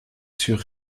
sur